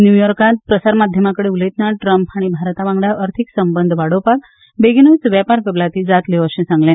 न्यूयॉकांत प्रसारमाध्यमांकडे उलयतना ट्रंप हांणी भारतावांगडा अर्थीक संबंध वाढोवपाक बेगीनूच वेपार कबलाती जातल्यो अशें सांगले